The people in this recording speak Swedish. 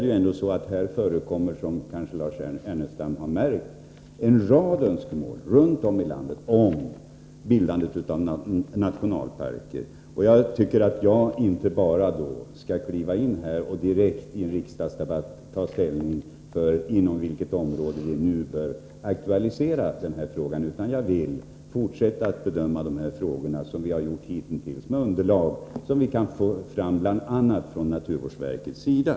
Det förekommer, som Lars Ernestam kanske har märkt, runt om i landet en rad önskemål om bildandet av nationalparker. Jag tycker inte att jag bara skall kliva in direkt i en riksdagsdebatt och ta ställning till inom vilket område vi nu bör aktualisera idé om nationalpark, utan jag vill fortsätta bedöma de här frågorna på det sätt vi har gjort hitintills med underlag som vi kan få fram bl.a. från naturvårdsverkets sida.